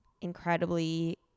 incredibly